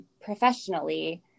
professionally